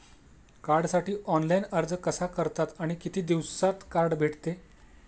कार्डसाठी ऑनलाइन अर्ज कसा करतात आणि किती दिवसांत कार्ड भेटते?